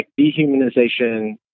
dehumanization